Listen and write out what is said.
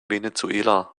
venezuela